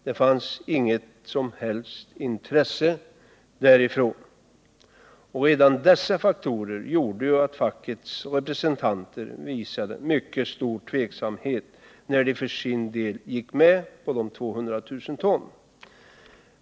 Det fanns inget som helst intresse från det hållet. Redan dessa faktorer gjorde att fackets representanter visade mycket stor tveksamhet när de för sin del gick med på att ett mediumverk med en kapacitet på 200 000 ton skulle byggas.